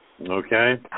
Okay